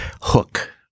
hook